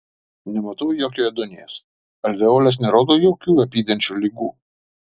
nematau jokio ėduonies alveolės nerodo jokių apydančių ligų